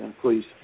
please